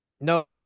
No